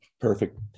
Perfect